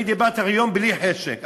דיברתי אתך היום בלי חשק,